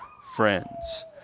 friends